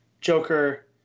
Joker